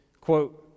quote